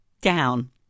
down